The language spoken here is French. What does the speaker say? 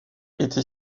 était